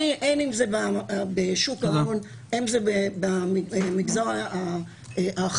אם זה בשוק ההון ואם זה במגזר האחר.